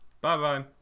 Bye-bye